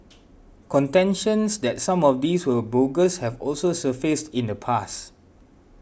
contentions that some of these were bogus have also surfaced in the past